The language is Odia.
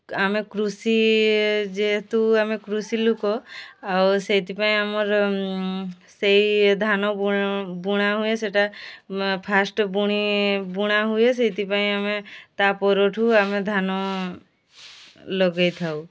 ଆମେ କୃଷି ଯେହେତୁ ଆମେ କୃଷି ଲୋକ ଆଉ ସେଥିପାଇଁ ଆମର ସେହି ଧାନ ବୁଣା ହୁଏ ସେଇଟା ଫାଷ୍ଟ୍ ବୁଣି ବୁଣାହୁଏ ସେଥିପାଇଁ ଆମେ ତା ପରଠୁ ଆମେ ଧାନ ଲଗାଇଥାଉ